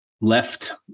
left